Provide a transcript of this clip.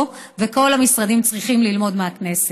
וכל המשרדים צריכים ללמוד מהכנסת.